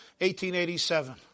1887